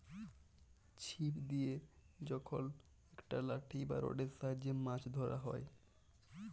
ছিপ দিয়ে যখল একট লাঠি বা রডের সাহায্যে মাছ ধ্যরা হ্যয়